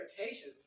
irritation